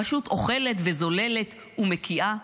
רשות אוכלת וזוללת ומקיאה,